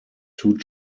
two